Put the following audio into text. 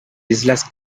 islas